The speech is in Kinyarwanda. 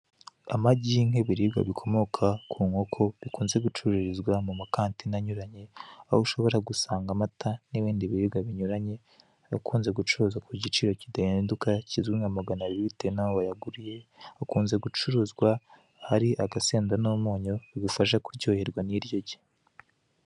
Amagi nk'ibiribwa bikomoka ku nkoko bikunze gucururizwa mu makantine anyuranye aho ushobora gusanga amata n'ibindi biribwa binyuranye, ahakunze gucuruzwa ku giciro kidahinduka kizwi nka magana abiri bitewe n'aho wayaguruye, akunzwe gucuruzwa hari agasenda n'umunyu bigufasha kuryoherwa n'iryo gi.